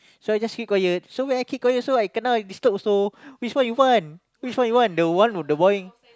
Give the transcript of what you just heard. so I just keep quiet so when I keep quiet so I kena disturb also which one you one which one you want the one with the annoying